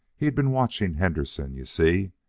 he'd been watching henderson, you see.